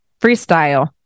Freestyle